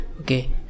Okay